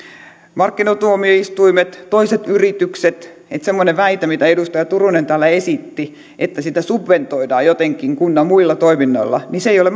markkinatuomioistuimet ja toiset yritykset että semmoinen väite mitä edustaja turunen täällä esitti että sitä subventoidaan jotenkin kunnan muilla toiminnoilla ei ole